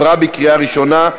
התשע"ו 2016,